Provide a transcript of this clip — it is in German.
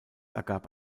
ergab